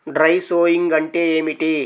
Dry sowing అంటే ఏమిటి?